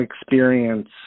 experience